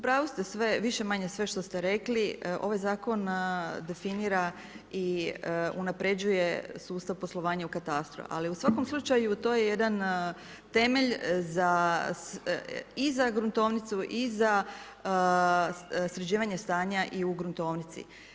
pravu ste sve, više-manje što ste rekli ovaj zakon definira i unapređuje sustav poslovanju u katastru, ali u svakom slučaju to je jedan temelj za i za gruntovnicu i za sređivanje stanja i u gruntovnici.